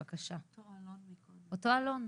בבקשה אלון, אותו האלון